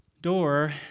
door